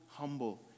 humble